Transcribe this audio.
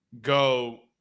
go